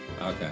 Okay